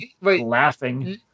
laughing